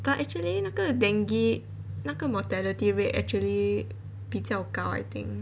but actually 那个 dengue 那个 mortality rate actually 比较高 I think